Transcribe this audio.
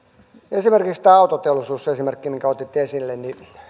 tämän autoteollisuus esimerkin minkä otitte esille